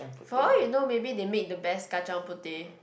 for all you know maybe they made the best kacang-puteh